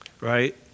right